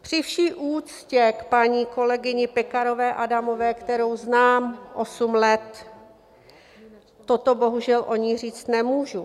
Při vší úctě k paní kolegyni Pekarové Adamové, kterou znám osm let, toto bohužel o ní říct nemůžu.